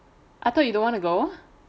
I thought you don't want to go